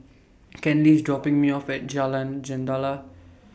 Kenley IS dropping Me off At Jalan Jendela